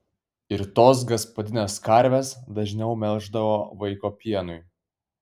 ir tos gaspadinės karves dažniau melždavo vaiko pienui